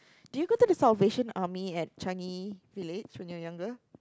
did you go to the Salvation Army at Changi Village when you were younger